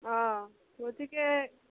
গতিকে